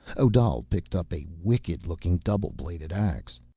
odal picked up a wicked-looking double-bladed ax.